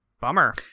Bummer